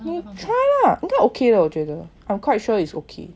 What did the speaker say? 你 try ah 应该 okay 的我觉得 I'm quite sure its okay